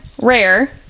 rare